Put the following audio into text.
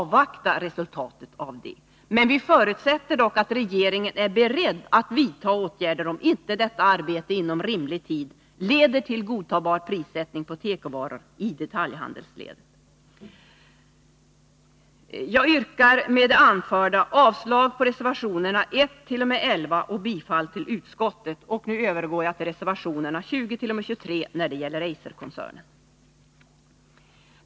Vi förutsätter dock att regeringen är beredd att vidta åtgärder om inte detta arbete inom rimlig tid leder till en godtagbar prissättning på tekovaror i detaljhandelsledet. Jag yrkar med det anförda avslag på reservationerna 111 och bifall till utskottets hemställan och övergår sedan till reservationerna 20-23, som gäller Eiserkoncernen.